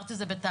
אמרת זה בתהליך.